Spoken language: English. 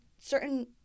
certain